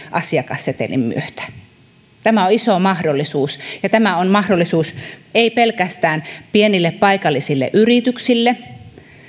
asiakassetelin myötä tämä on iso mahdollisuus ja tämä on mahdollisuus ei pelkästään pienille paikallisille yrityksille